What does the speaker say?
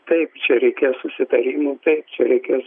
taip čia reikės susitarimo čia reikės